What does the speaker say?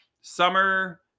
summer